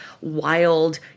wild